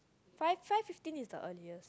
five five fifteen is the earliest